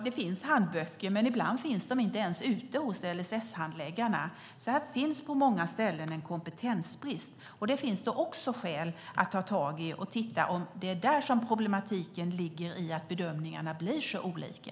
Det finns handböcker, men ibland finns de inte hos LSS-handläggarna. Det råder en kompetensbrist på många ställen. Det finns skäl att titta på om det är där problemet ligger när det gäller att bedömningarna blir så olika.